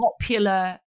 popular